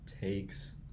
takes